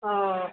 ও